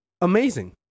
amazing